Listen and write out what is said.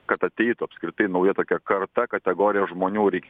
kad ateitų apskritai nauja tokia karta kategorijos žmonių reikia